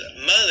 mother